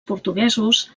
portuguesos